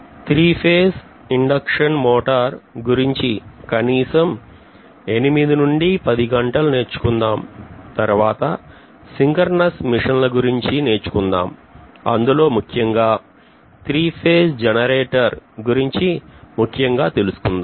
three phase induction motor గురించి కనీసం ఎనిమిది నుంచి పది గంటలు నేర్చుకుందాం తర్వాత synchronous మిషన్ల గురించి నేర్చుకుందాం అందులో ముఖ్యంగా త్రీఫేజ్ జనరేటర్ గురించి ముఖ్యముగా తెలుసుకుందాం